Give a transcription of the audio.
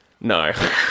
No